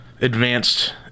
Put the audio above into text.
advanced